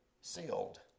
Sealed